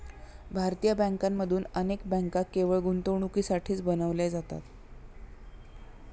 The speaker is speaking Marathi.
भारतीय बँकांमधून अनेक बँका केवळ गुंतवणुकीसाठीच बनविल्या जातात